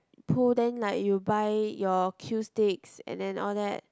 pool then like you buy your cue sticks and then all that